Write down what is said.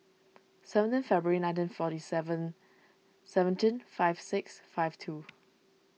seventeen February nineteen forty seven seventeen five six five two